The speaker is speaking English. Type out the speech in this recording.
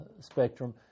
spectrum